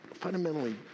fundamentally